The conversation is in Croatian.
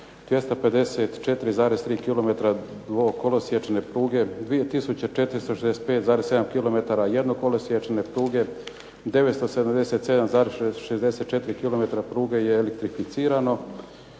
254,3 km dvokolosječne pruge, 2 tisuće 465,7 km jednokolosječne pruge, 977,64 km pruge je elektrificirano.